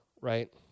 right